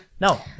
No